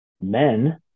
men